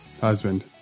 husband